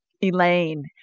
Elaine